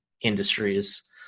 industries